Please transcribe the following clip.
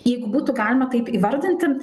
jeigu būtų galima taip įvardinti